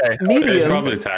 Medium